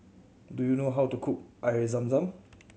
do you know how to cook Air Zam Zam